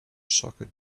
soccer